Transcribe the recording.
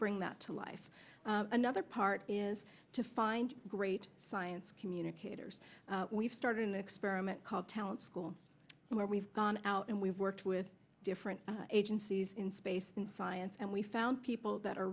bring that to life another part is to find great science communicators we've started an experiment called talent school where we've gone out and we've worked with different agencies in space science and we found people that are